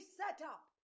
setup